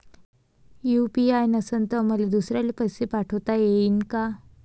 UPI नसल तर मले दुसऱ्याले पैसे पाठोता येईन का?